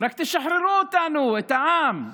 רק שחררו אותנו, את העם,